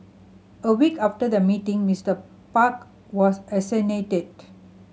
a week after the meeting Mister Park was assassinated